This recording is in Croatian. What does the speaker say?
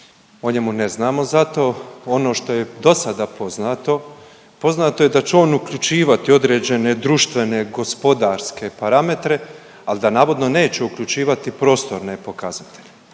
njemu ne znamo zato. Ono što je do sada poznato, poznato je da će on uključivati određene društvene, gospodarske parametre, al da navodno neće uključivati prostorne pokazatelje.